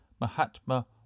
Mahatma